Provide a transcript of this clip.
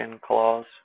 clause